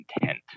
intent